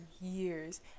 years